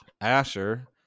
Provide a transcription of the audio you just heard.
Asher